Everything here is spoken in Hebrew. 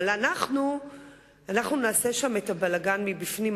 אבל אנחנו נעשה שם את הבלגן מבפנים.